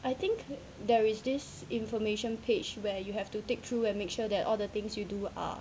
I think there is this information page where you have to tick through and make sure that all the things you do are